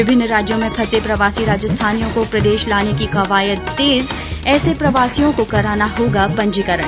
विभिन्न राज्यों में फंसें प्रवासी राजस्थानियों को प्रदेश लाने की कवायद तेज ऐसे प्रवासियों को कराना होगा पंजीकरण